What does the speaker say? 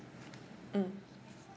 mm